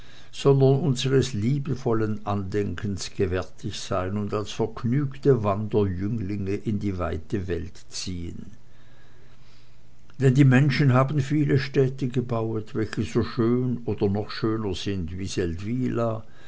sondern unsers liebevollen andenkens gewärtig sein und als vergnügte wanderjünglinge in die weite welt ziehen denn die menschen haben viele städte gebauet welche so schön oder noch schöner sind wie